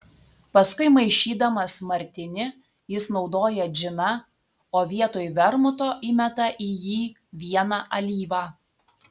paskui maišydamas martinį jis naudoja džiną o vietoj vermuto įmeta į jį vieną alyvą